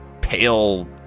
pale